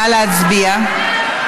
נא להצביע.